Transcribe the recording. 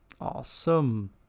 Awesome